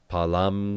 Palam